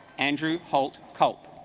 andrew holt colt